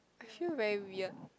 I feel very weird